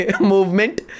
movement